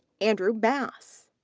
andrew bass,